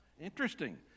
interesting